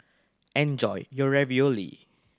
enjoy your Ravioli